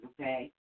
okay